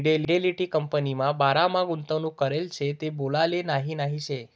Fidelity कंपनीमा बारामा गुंतवणूक करेल शे ते बोलाले नही नही शे